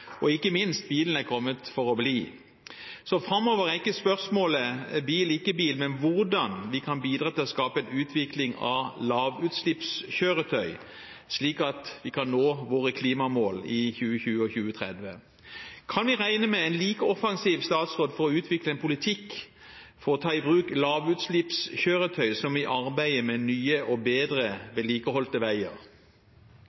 og ikke minst – bilen er kommet for å bli. Så framover er ikke spørsmålet bil ikke bil, men hvordan vi kan bidra til å skape en utvikling av lavutslippskjøretøy, slik at vi kan nå våre klimamål i 2020 og 2030. Kan vi regne med en like offensiv statsråd for å utvikle en politikk for å ta i bruk lavutslippskjøretøy som i arbeidet med nye og bedre vedlikeholdte veier?